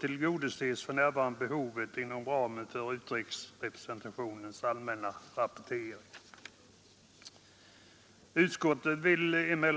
tillgodoses för närvarande behovet inom ramen för utrikesrepresentationens allmänna rapportering.